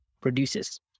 produces